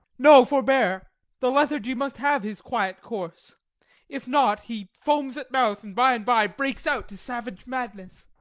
no, forbear the lethargy must have his quiet course if not, he foams at mouth, and by and by breaks out to savage madness.